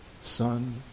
Son